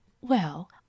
Well